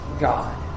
God